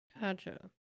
Gotcha